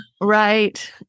right